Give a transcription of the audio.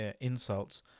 insults